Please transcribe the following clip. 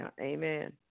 Amen